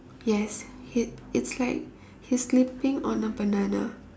yes he it's like he's slipping on a banana